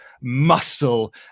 muscle